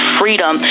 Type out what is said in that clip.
freedom